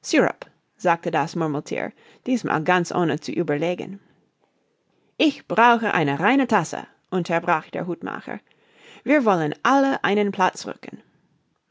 syrup sagte das murmelthier diesmal ganz ohne zu überlegen ich brauche eine reine tasse unterbrach der hutmacher wir wollen alle einen platz rücken